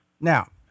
Now